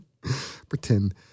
Pretend